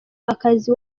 akazi